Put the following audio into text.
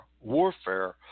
warfare